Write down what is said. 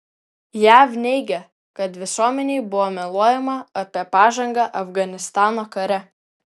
jav neigia kad visuomenei buvo meluojama apie pažangą afganistano kare